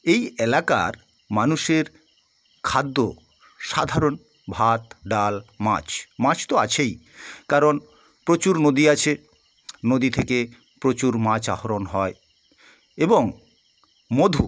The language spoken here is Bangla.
এই এলাকার মানুষের খাদ্য সাধারণ ভাত ডাল মাছ মাছ তো আছেই কারণ প্রচুর নদী আছে নদী থেকে প্রচুর মাছ আহরণ হয় এবং মধু